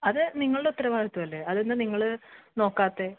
അത് നിങ്ങളുടെ ഉത്തരവാദിത്തമല്ലേ അതെന്താണ് നിങ്ങൾ നോക്കാത്തത്